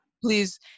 please